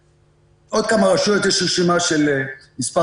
עוד כמה רשויות יש רשימה של מספר